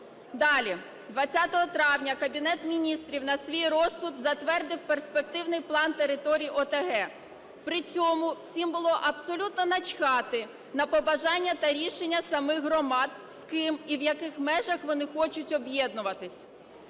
Далі. 20 травня Кабінет Міністрів на свій розсуд затвердив перспективний план територій ОТГ, при цьому усім було абсолютно начхати на побажання та рішення самих громад, з ким і в яких межах вони хочуть об'єднуватись.